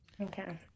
Okay